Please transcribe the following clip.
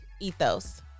ethos